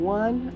one